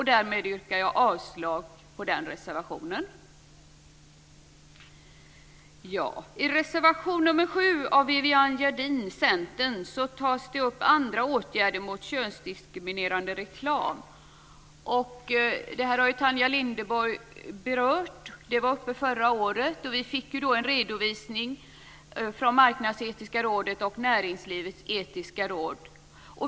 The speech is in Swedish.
Därmed yrkar jag avslag på den reservationen. Tanja Linderborg har berört frågan, och den var uppe förra året. Vi fick då en redovisning av Marknadsetiska rådet och Näringslivets etiska råd.